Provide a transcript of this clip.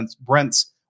brents